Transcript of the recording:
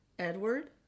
Edward